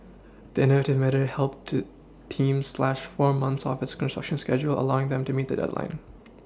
the innovative method helped to team slash four months off its construction schedule allowing them to meet the deadline